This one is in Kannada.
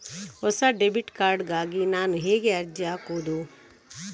ಹೊಸ ಡೆಬಿಟ್ ಕಾರ್ಡ್ ಗಾಗಿ ನಾನು ಹೇಗೆ ಅರ್ಜಿ ಹಾಕುದು?